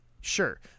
sure